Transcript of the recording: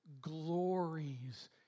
glories